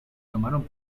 tomaron